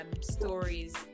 stories